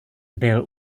byl